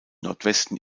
nordwesten